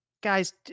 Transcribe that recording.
guys